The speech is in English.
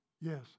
Yes